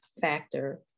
factor